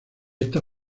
esta